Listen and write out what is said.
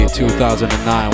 2009